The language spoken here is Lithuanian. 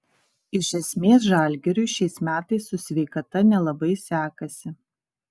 iš esmės žalgiriui šiais metais su sveikata nelabai sekasi